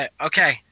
Okay